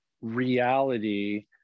reality